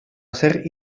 acer